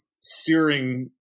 searing